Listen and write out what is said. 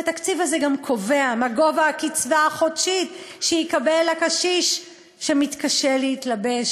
והתקציב הזה גם קובע מה גובה הקצבה החודשית שיקבל הקשיש שמתקשה להתלבש